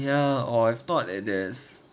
ya of I thought like there's